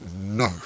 no